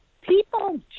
people